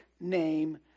name